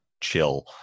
chill